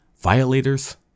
Violators